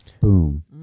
Boom